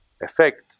effect